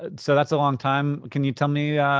and so that's a long time. can you tell me,